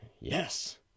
yes